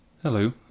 Hello